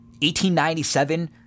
1897